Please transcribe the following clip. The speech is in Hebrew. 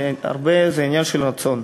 והרבה זה עניין של רצון.